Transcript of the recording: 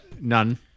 none